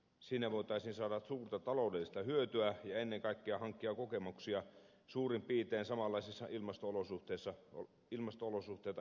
siinä voitaisiin saada suurta taloudellista hyötyä ja ennen kaikkea hankkia kokemuksia suurin piirtein samanlaisissa ilmasto olosuhteissa elävillä mailla